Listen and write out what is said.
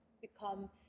become